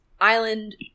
island